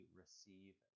receive